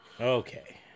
okay